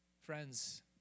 friends